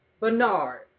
Bernard